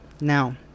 Now